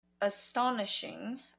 Astonishing